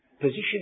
position